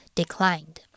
declined